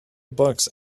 bucks